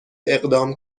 اقدام